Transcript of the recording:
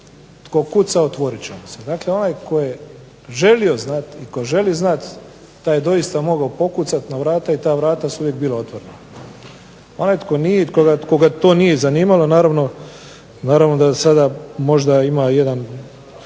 tko kuca otvoriti će mu se. Dakle, onaj tko je želio znati i želi znati taj je doista mogao pokucati na vrata i ta vrata su uvijek bila otvorena. Onaj tko nije i koga nije to zanimalo naravno da sada ima manjak